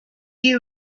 you